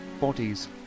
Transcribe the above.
bodies